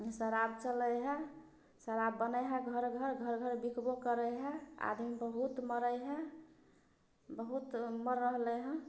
शराब चलै हइ शराब बनै हइ घर घर घर घर बिकबो करै हइ आदमी बहुत मरै हइ बहुत मरल रहलै हँ